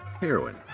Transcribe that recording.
heroin